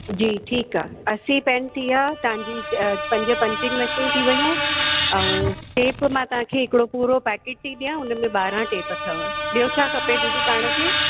जी ठीकु आहे अस्सी पेन थी विया तव्हांजी पंज पंचिंग मशीन थी वयूं ऐं टेप मां तव्हांखे हिकिड़ो पूरो पैकेट थी ॾियां हुनमें ॿारहं टेप अथव ॿियो छा खपे दीदी पाण खे